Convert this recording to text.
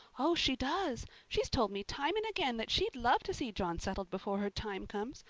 oh, she does. she's told me time and again that she'd love to see john settled before her time comes.